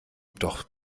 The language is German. doch